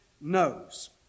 knows